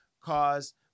caused